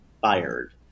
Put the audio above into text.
fired